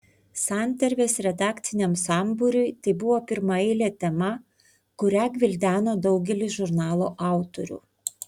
santarvės redakciniam sambūriui tai buvo pirmaeilė tema kurią gvildeno daugelis žurnalo autorių